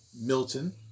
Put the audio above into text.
Milton